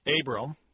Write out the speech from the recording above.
Abram